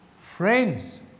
friends